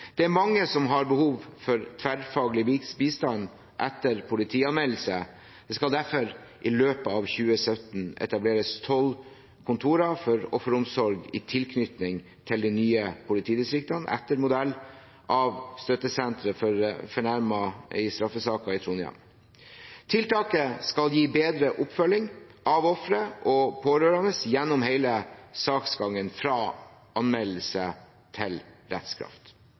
Mange har behov for tverrfaglig bistand etter politianmeldelse, og derfor skal det i løpet av 2017 etableres tolv kontorer for offeromsorg i tilknytning til de nye politidistriktene etter modell av Støttesenteret for fornærmede i straffesaker, i Trondheim. Tiltaket skal gi bedre oppfølging av ofre og pårørende gjennom hele saksgangen, fra anmeldelse til